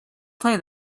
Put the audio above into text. play